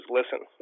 listen